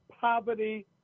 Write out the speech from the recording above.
poverty